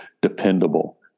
dependable